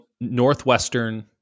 Northwestern